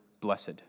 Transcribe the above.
blessed